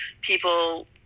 people